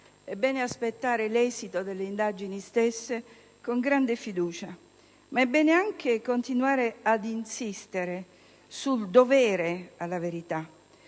è bene aspettare l'esito delle stesse con grande fiducia, ma è bene anche continuare ad insistere sull'accertamento della verità,